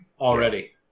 already